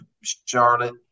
Charlotte